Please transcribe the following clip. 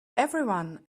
everyone